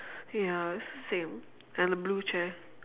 ya it's the same and a blue chair